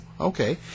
okay